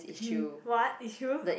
hmm what is true